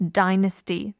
dynasty